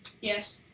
Yes